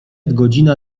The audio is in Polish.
godzina